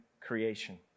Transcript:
creation